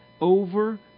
over